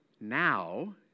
now